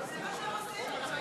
זה מה שהם עושים, אתה מאפשר להם.